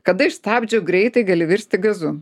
kada iš stabdžio greitai gali virsti gazu